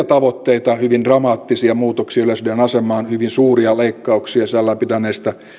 tavoitteita hyvin dramaattisia muutoksia yleisradion asemaan hyvin suuria leikkauksia sisällään pitäneistä